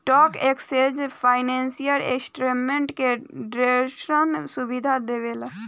stock exchange financial instrument के ट्रेडरसन सुविधा देवेला